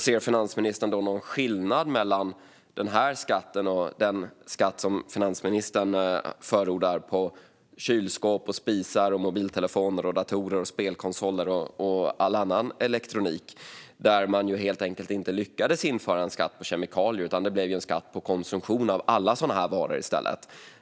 Ser finansministern någon skillnad mellan den här skatten och den skatt på kylskåp, spisar, mobiltelefoner, datorer, spelkonsoler och all annan elektronik som finansministern förordar? Där lyckades man helt enkelt inte införa en skatt på kemikalier, utan det blev i stället en skatt på konsumtion av alla sådana här varor.